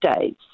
days